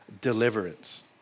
Deliverance